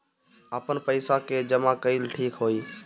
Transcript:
आपन पईसा के जमा कईल ठीक होई?